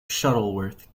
shuttleworth